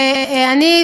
ואני,